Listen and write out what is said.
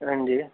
हां जी